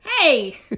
Hey